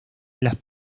las